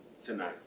tonight